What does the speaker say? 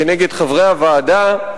כנגד חברי הוועדה,